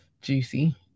juicy